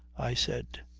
i said.